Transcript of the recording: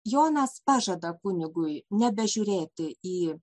jonas pažada kunigui nebežiūrėti į